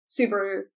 Subaru